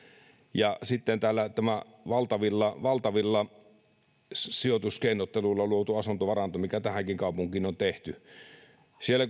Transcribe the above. ja on tämä valtavilla valtavilla sijoituskeinotteluilla luotu asuntovaranto mikä tähänkin kaupunkiin on tehty ja siellä